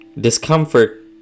Discomfort